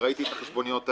וראיתי את החשבוניות האלה,